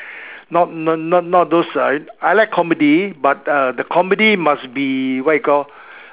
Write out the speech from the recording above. not not not not those uh I like comedy but the comedy must be what you call